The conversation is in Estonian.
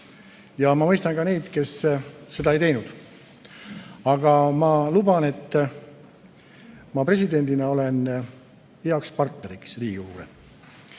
ja ma mõistan ka neid, kes seda ei teinud. Aga ma luban, et ma presidendina olen heaks partneriks Riigikogule